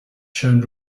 shown